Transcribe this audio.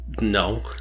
No